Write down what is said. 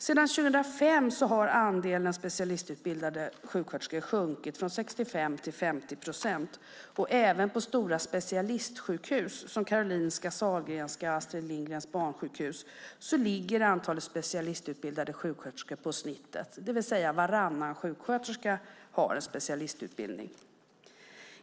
Sedan 2005 har andelen specialistutbildade sjuksköterskor minskat från 65 till 50 procent. Även på stora specialistsjukhus som Karolinska, Sahlgrenska och Astrid Lindgrens Barnsjukhus ligger antalet specialistutbildade sjuksköterskor på snittet, det vill säga att varannan sjuksköterska har en specialistutbildning.